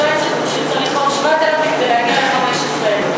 שטוען שצריך עוד 7,000 ולהגיע ל-15,000.